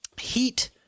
heat